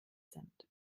sind